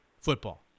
football